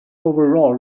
overall